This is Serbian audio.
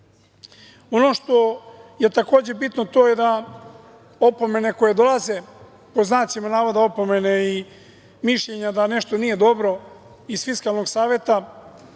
što je takođe bitno to je da opomene koje dolaze, pod znacima navoda opomene, i mišljenja da nešto nije dobro iz Fiskalnog saveta,